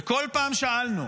ובכל פעם שאלנו,